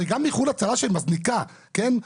הרי גם --- שמזניקה, כן?